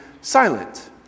silent